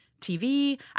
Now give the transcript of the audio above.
TV